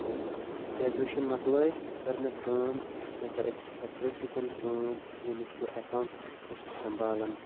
تہٕ گرٛیجویشَن مَکلٲیِتھ کٔر مےٚ کٲم مےٚ کٔر أکِس فیکٹری سۭتۍ کٲم ییٚمِکۍ بہٕ اٮ۪کاونٛٹٕس اوسُس سنٛبالَن